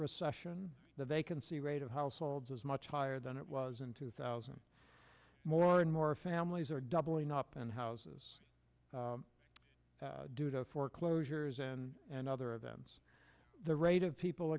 recession the vacancy rate of households is much higher than it was in two thousand more and more families are doubling up and houses due to foreclosures and and other events the rate of people